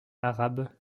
arabes